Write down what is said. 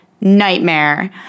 nightmare